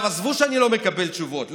עזבו שאני לא מקבל תשובות,